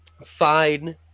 Fine